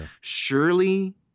Surely